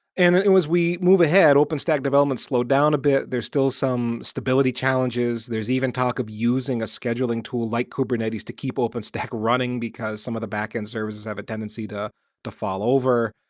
and and and we move ahead, openstack development slowed down a bit. there's still some stability challenges. there's even talk of using a scheduling tool like kubernetes to keep openstack running, because some of the back-end services have a tendency to to fall over.